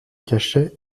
cachet